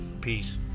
Peace